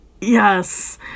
Yes